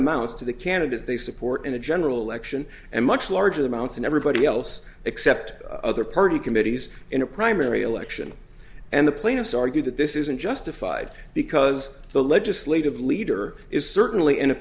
amounts to the candidates they support in a general election and much large amounts and everybody else except other party committees in a primary election and the plaintiffs argue that this isn't justified because the legislative leader is certainly in a